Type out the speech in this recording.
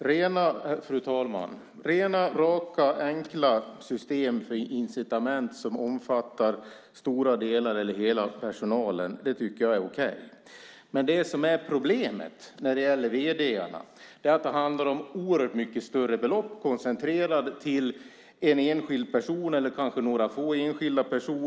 Fru talman! Rena, raka, enkla system för incitament som omfattar stora delar av eller hela personalen, det tycker jag är okej. Men det som är problemet när det gäller vd:arna är att det handlar om oerhört mycket större belopp koncentrerade till en enskild person eller kanske några få enskilda personer.